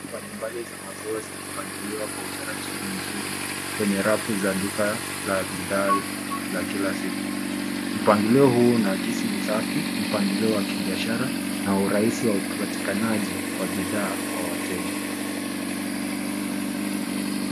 Mbali mbali za maziwa zimepangiliwa kwa utaratibu mzuri kwenye rafu za duka la bidhaa la kila siku. Mpangilio huu unaakisi usafi, mpangilio wa kibiashara na urahisi wa upatikanaji wa bidhaa kwa wateja,